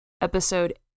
episode